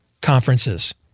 conferences